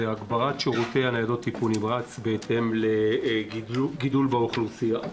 היא הגברת שירותי ניידות טיפול נמרץ בהתאם לגידול באוכלוסייה.